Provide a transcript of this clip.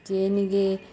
ಜೇನಿಗೆ